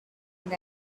and